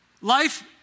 Life